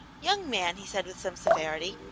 young man, he said, with some severity,